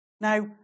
Now